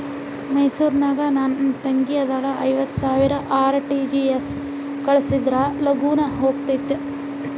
ಮೈಸೂರ್ ನಾಗ ನನ್ ತಂಗಿ ಅದಾಳ ಐವತ್ ಸಾವಿರ ಆರ್.ಟಿ.ಜಿ.ಎಸ್ ಕಳ್ಸಿದ್ರಾ ಲಗೂನ ಹೋಗತೈತ?